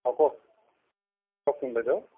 অঁ কওক কওকচোন বাইদেউ